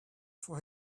for